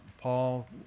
Paul